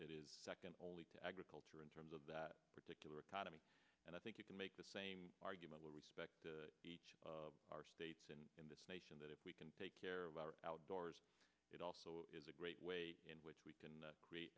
it is second only to agriculture in terms of that particular economy and i think you can make the same argument with respect to our states and in this nation that if we can take care of our outdoors it also is a great way in which we can create